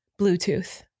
Bluetooth